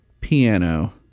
piano